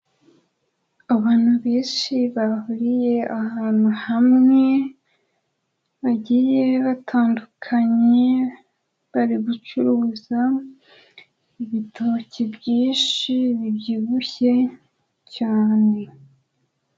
Abantu benshi bahuriye ahantu hamwe bagiye batandukanye, bari gucuruza ibitoki byinshi, bibyibushye cyane.